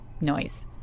noise